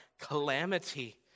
calamity